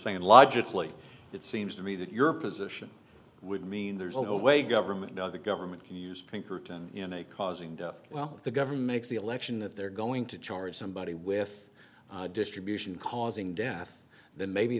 saying logically it seems to me that your position would mean there's a way government now the government can use pinkerton in a cause and well the government if the election that they're going to charge somebody with distribution causing death then maybe